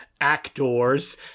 actors